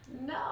No